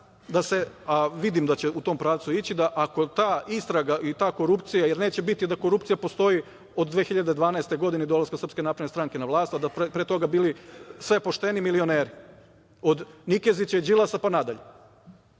da, vidim da će u tom pravcu ići, ako ta istraga i ako ta korupcija, jer neće biti da korupcija postoji od 2012. godine i dolaska Srpske napredne stranke na vlast, a do pre toga bili sve pošteni milioneri, od Nikezića i Đilasa, pa na dalje,